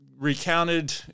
recounted